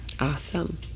Awesome